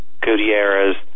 Gutierrez